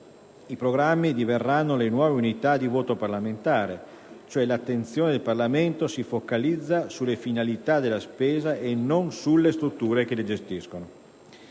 I programmi diverranno le nuove unità di voto parlamentare, cioè «l'attenzione del Parlamento si focalizza sulle finalità delle spese e non sulle strutture che le gestiscono».